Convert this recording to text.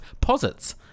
posits